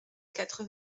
quatre